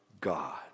God